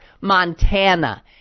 Montana